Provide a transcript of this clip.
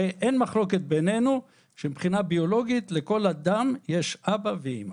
הרי אין מחלוקת בינינו שמבחינה ביולוגית לכל אדם יש אבא ואימא.